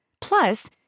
Plus